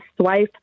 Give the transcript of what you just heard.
swipe